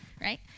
right